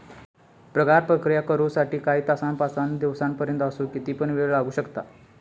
पगारावर प्रक्रिया करु साठी काही तासांपासानकाही दिसांपर्यंत असो किती पण येळ लागू शकता